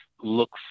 look